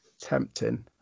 tempting